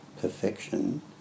perfection